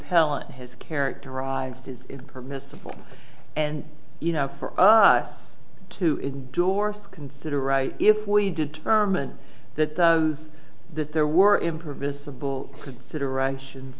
appellant has characterized is permissible and you know for us to indorse consider right if we determine that those that there were impermissible considerations